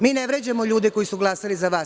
Mi ne vređamo ljude koji su glasali za vas.